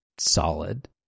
solid